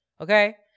okay